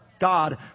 God